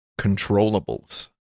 controllables